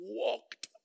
walked